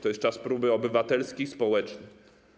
To jest czas próby obywatelskiej i społecznej.